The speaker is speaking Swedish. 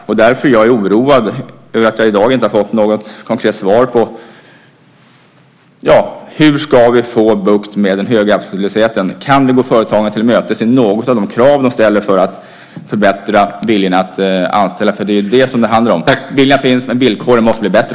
Det är därför jag är oroad över att jag i dag inte har fått något konkret svar på hur vi ska få bukt med den höga arbetslösheten. Kan vi gå företagarna till mötes i något av de krav de ställer för att förbättra viljan att anställa? Det är ju det som det handlar om. Viljan finns men villkoren måste bli bättre.